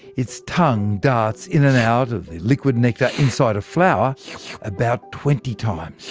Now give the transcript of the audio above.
its tongue darts in-and-out of the liquid nectar inside a flower about twenty times